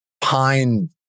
pine